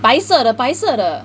白色的白色的: bai se de bai se de